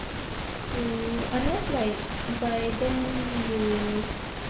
true unless like by then you